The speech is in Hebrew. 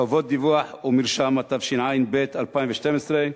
חובות דיווח ומרשם), התשע"ב 2012,